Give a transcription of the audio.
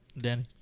Danny